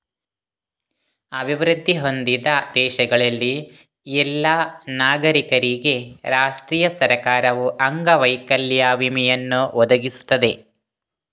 ಅಭಿವೃದ್ಧಿ ಹೊಂದಿದ ದೇಶಗಳಲ್ಲಿ ಎಲ್ಲಾ ನಾಗರಿಕರಿಗೆ ರಾಷ್ಟ್ರೀಯ ಸರ್ಕಾರವು ಅಂಗವೈಕಲ್ಯ ವಿಮೆಯನ್ನು ಒದಗಿಸುತ್ತದೆ